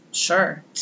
Sure